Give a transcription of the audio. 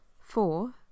Four